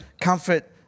comfort